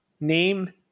Name